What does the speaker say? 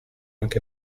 anche